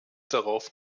darauf